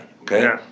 okay